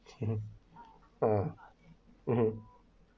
mmhmm um mmhmm